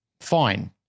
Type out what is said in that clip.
fine